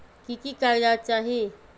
की की कागज़ात चाही?